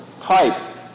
type